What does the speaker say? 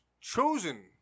chosen